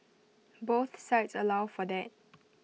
both sites allow for that